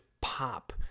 pop